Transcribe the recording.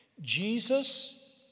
Jesus